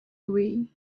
away